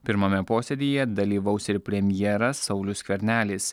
pirmame posėdyje dalyvaus ir premjeras saulius skvernelis